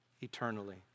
eternally